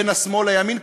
בין השמאל לימין,